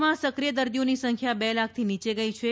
દેશમાં સક્રિય દર્દીઓની સંખ્યા બે લાખથી નીચે ગઇ છે